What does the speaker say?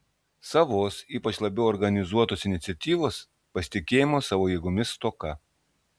savos ypač labiau organizuotos iniciatyvos pasitikėjimo savo jėgomis stoka